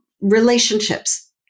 relationships